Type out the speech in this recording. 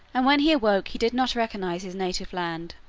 and when he awoke he did not recognize his native land.